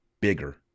Bigger